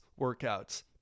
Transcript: workouts